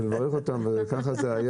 אני מקווה שזה לא יהיה